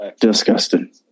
Disgusting